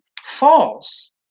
false